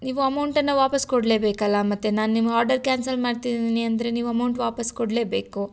ನೀವು ಅಮೌಂಟನ್ನು ವಾಪಾಸ್ಸು ಕೊಡಲೇ ಬೇಕಲ್ಲಾ ಮತ್ತೆ ನಾನು ನಿಮ್ಮ ಆರ್ಡರ್ ಕ್ಯಾನ್ಸಲ್ ಮಾಡ್ತಿದ್ದೀನಿ ಅಂದರೆ ನೀವು ಅಮೌಂಟ್ ವಾಪಾಸ್ಸು ಕೊಡ್ಲೇ ಬೇಕು